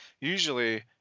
usually